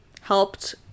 helped